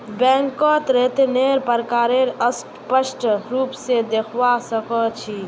बैंकत ऋन्नेर प्रकारक स्पष्ट रूप से देखवा सके छी